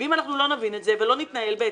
אם אנחנו לא נבין את זה ולא נתנהל בהתאם,